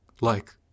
Like